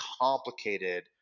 complicated